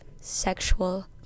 sexual